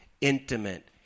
intimate